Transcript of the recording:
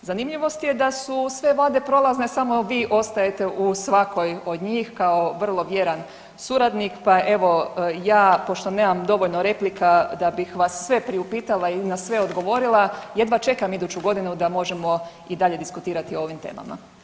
Zanimljivost je da su sve Vlade prolazne, samo vi ostajete u svakoj od njih kao vrlo vjeran suradnik, pa evo ja pošto nemam dovoljno replika da bih vas sve priupitala i na sve odgovorila jedva čekam iduću godinu da možemo i dalje diskutirati o ovim temama.